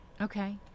Okay